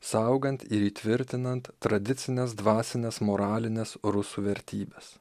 saugant ir įtvirtinant tradicines dvasines moralines rusų vertybes